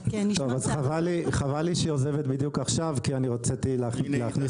חבל לי שהיא עוזבת בדיוק עכשיו כי רציתי להכניס